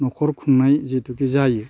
न'खर खुंनाय जेथुखि जायो